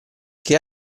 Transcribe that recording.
che